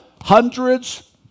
hundreds